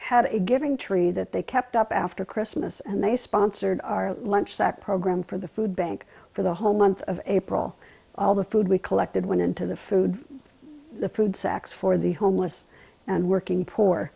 had a giving tree that they kept up after christmas and they sponsored our lunch sack program for the food bank for the whole month of april all the food we collected went into the food the food sex for the homeless and working poor